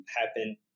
happen